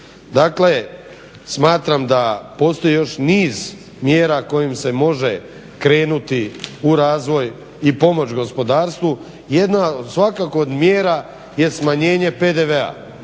Dakle, smatram da postoji još niz mjera kojim se može krenuti u razvoj i pomoć gospodarstvu. Jedna svakako od mjera je smanjenje PDV-a,